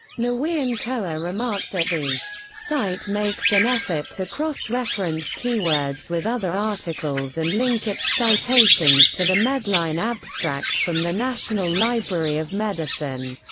nguyen-khoa remarked that the site makes an effort to cross-reference keywords with other articles and link its citations to the medline abstract from the national library of medicine.